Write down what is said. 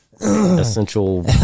essential